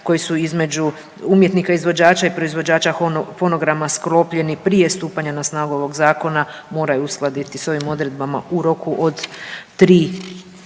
koji su između, umjetnika izvođača i proizvođača fonograma sklopljeni prije stupanja na snagu ovoga Zakona moraju uskladiti s ovim odredbama u roku od 3